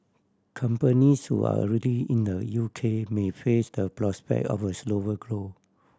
companies who are already in the U K may face the prospect of a slower grow